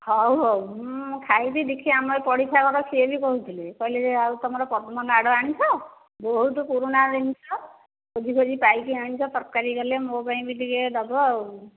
ହେଉ ହେଉ ମୁଁ ଖାଇବି ଦେଖିଆ ଆମ ପଡ଼ିଶା ଘର ସିଏ ବି କହୁଥିଲେ କହିଲେ ଯେ ଆଉ ତୁମର ପଦ୍ମନାଡ଼ ଆଣିଛ ବହୁତ ପୁରୁଣା ଜିନିଷ ଖୋଜିକରି ପାଇକି ଆଣିଛ ତରକାରୀ କଲେ ମୋ ପାଇଁ ବି ଟିକେ ଦେବ ଆଉ